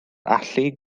allu